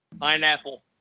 pineapple